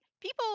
people